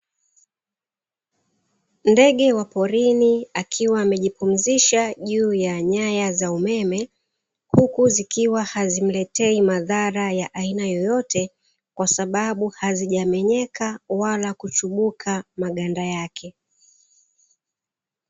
Ndege wa porini akiwa amejipumzisha juu ya nyaya za umeme, huku zikiwa hazimletei madhara ya aina yoyote kwa sababu hazijamenyeka wala kuchubuka maganda yake.